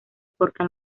porque